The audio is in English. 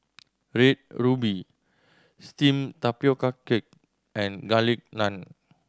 Red Ruby steamed tapioca cake and Garlic Naan